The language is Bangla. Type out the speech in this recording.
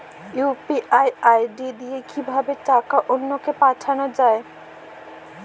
ইউ.পি.আই আই.ডি দিয়ে কিভাবে টাকা অন্য কে পাঠানো যায়?